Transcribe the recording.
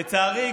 לצערי,